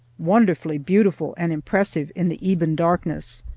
wonderfully beautiful and impressive in the ebon darkness.